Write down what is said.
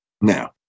Now